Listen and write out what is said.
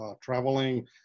traveling